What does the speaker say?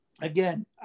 again